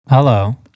Hello